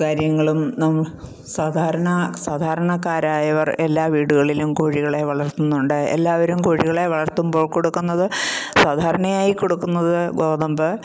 കാര്യങ്ങളൂം സാധാരാണ സാധാരണക്കാരായവർ എല്ലാ വീടുകളിലും കോഴികളെ വളർത്തുന്നുണ്ട് എല്ലാവരും കോഴികളെ വളർത്തുമ്പോൾ കൊടുക്കുന്നത് സാധാരണയായി കൊടുക്കുന്നത് ഗോതമ്പ്